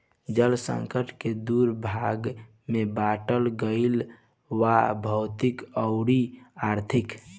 जल संकट के दू भाग में बाटल गईल बा भौतिक अउरी आर्थिक